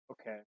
Okay